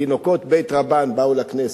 תינוקות של בית-רבן באו לכנסת.